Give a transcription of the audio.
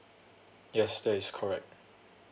yes that is correct